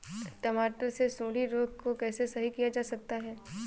टमाटर से सुंडी रोग को कैसे सही किया जा सकता है?